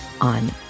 on